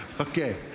Okay